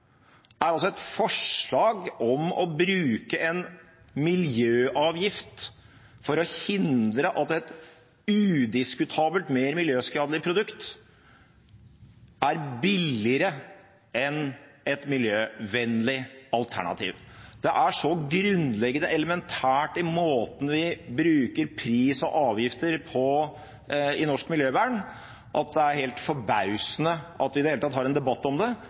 er et forslag om å bruke en miljøavgift for å hindre at et udiskutabelt mer miljøskadelig produkt er billigere enn et miljøvennlig alternativ. Det er så grunnleggende elementært i måten vi bruker pris og avgifter på i norsk miljøvern at det er helt forbausende at vi i det hele tatt har en debatt om det,